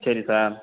சரி சார்